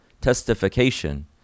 testification